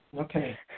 Okay